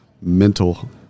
mental